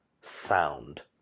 sound